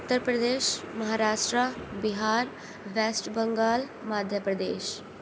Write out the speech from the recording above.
Uttar Pradesh Maharashtra Bihar West Bengal Madhya Pradesh